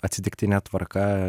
atsitiktine tvarka